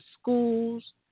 schools